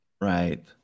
right